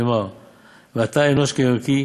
שנאמר 'ואתה אנוש כערכי